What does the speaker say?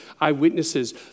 eyewitnesses